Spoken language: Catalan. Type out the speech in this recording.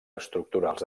estructurals